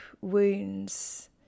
wounds